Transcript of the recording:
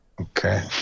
Okay